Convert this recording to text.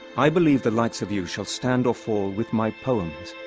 i believe the likes of you shall stand or fall with my poems,